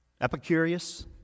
Epicurus